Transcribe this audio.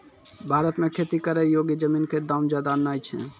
भारत मॅ खेती करै योग्य जमीन कॅ दाम ज्यादा नय छै